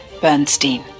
Bernstein